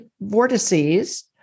vortices